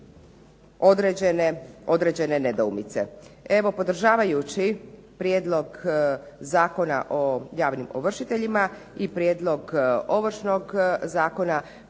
određene nedoumice. Evo podržavajući Prijedlog zakona o javnim ovršiteljima i Prijedlog ovršnog zakona,